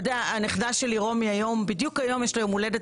אני צריכה להסביר את זה לנכדה שלי רומי שבדיוק היום יש לה יום הולדת,